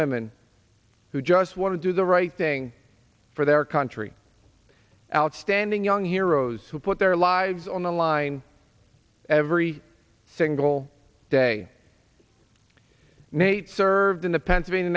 women who just want to do the right thing for their country outstanding young heroes who put their lives on the line every single day nate served in the pennsylvania